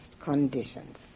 conditions